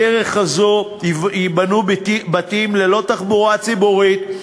בדרך הזו יבנו בתים ללא תחבורה ציבורית,